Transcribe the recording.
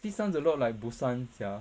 this sounds a lot like busan sia